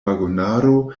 vagonaro